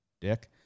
Dick